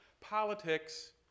politics